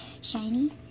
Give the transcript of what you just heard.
shiny